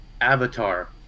avatar